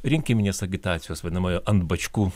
rinkiminės agitacijos vadinamojo ant bačkų